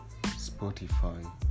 Spotify